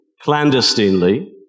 clandestinely